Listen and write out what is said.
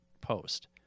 post